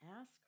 ask